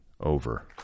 over